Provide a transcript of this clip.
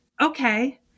Okay